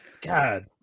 God